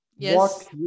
Yes